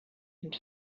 and